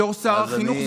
בתור שר החינוך,